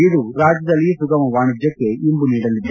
ಇದು ರಾಜ್ಯದಲ್ಲಿ ಸುಗಮ ವಾಣಿಜ್ಯಕ್ಷೆ ಇಂಬು ನೀಡಲಿದೆ